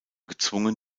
gezwungen